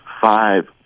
five